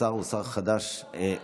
השר הוא שר חדש במשרד,